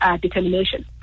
determination